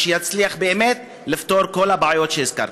ושיצליח באמת לפתור את כל הבעיות שהזכרתי.